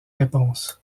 réponse